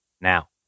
Now